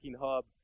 hub